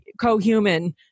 co-human